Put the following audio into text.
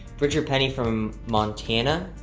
bridger penny from montana.